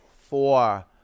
Four